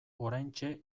oraintxe